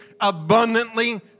abundantly